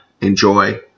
enjoy